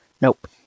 Nope